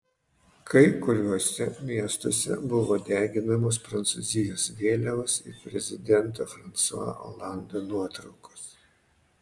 kai kuriuose miestuose buvo deginamos prancūzijos vėliavos ir prezidento fransua olando nuotraukos